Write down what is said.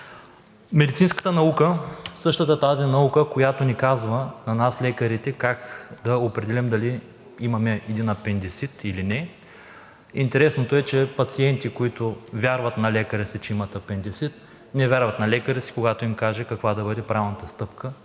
Медицинската наука – същата тази наука, която ни казва на нас лекарите как да определим дали имаме един апендицит или не. Интересното е, че пациенти, които вярват на лекарите, че имат апендицит, не вярват на лекарите, когато им кажат каква да бъде правилната стъпка,